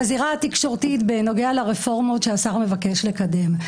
בזירה התקשורתית, בנוגע לרפורמות שהשר מבקש לקדם.